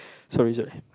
sorry sorry